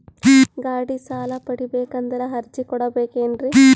ಗಾಡಿ ಸಾಲ ಪಡಿಬೇಕಂದರ ಅರ್ಜಿ ಕೊಡಬೇಕೆನ್ರಿ?